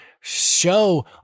show